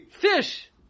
fish